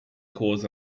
cause